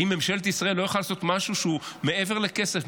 האם ממשלת ישראל לא יכולה לעשות משהו שהוא מעבר לכסף,